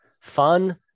Fun